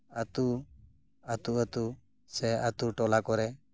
ᱟᱹᱛᱩ ᱟᱹᱛᱩ ᱥᱮ ᱟᱹᱛᱩ ᱴᱚᱞᱟ ᱠᱚᱨᱮ